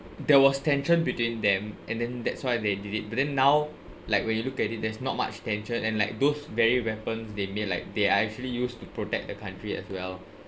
there was tension between them and then that's why they did it but then now like when you look at it there's not much tension and like those very weapons they made like they are actually used to protect the country as well